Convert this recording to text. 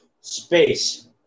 Space